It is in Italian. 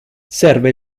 serve